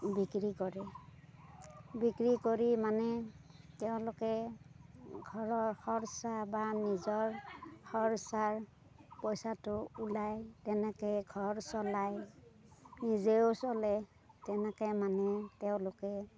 বিক্ৰী কৰে বিক্ৰী কৰি মানে তেওঁলোকে ঘৰৰ খৰচ বা নিজৰ খৰচৰ পইচাটো ওলাই তেনেকে ঘৰ চলাই নিজেও চলে তেনেকে মানে তেওঁলোকে